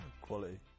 Quality